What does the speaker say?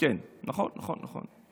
ב-1941 הוציאו, נכון, נכון, נכון.